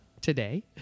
today